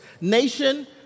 Nation